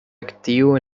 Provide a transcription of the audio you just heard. actiu